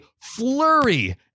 flurry